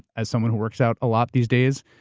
as someone who works out a lot these days.